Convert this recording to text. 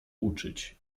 uczyć